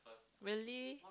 really